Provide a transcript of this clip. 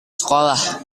sekolah